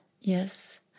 Yes